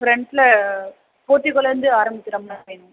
ஃப்ரண்டில் போர்ட்டிகோலேருந்து ஆரம்பிக்கின்ற மாதிரி வேணும்